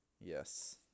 Yes